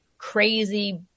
Crazy